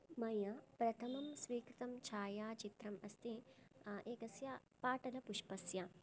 मया प्रथमं स्वीकृतं छायाचित्रम् अस्ति एकस्य पाटलपुष्पस्य